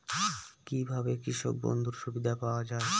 কি ভাবে কৃষক বন্ধুর সুবিধা পাওয়া য়ায়?